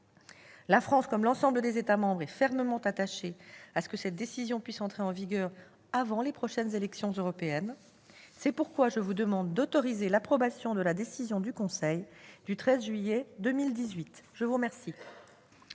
La France, comme l'ensemble des États membres, est fermement attachée à ce que cette décision puisse entrer en vigueur avant les prochaines élections européennes. C'est pourquoi je vous demande d'autoriser l'approbation de la décision du Conseil du 13 juillet 2018. La parole